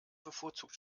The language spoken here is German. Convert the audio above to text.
bevorzugt